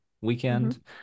weekend